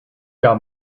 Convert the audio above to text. got